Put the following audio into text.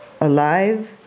alive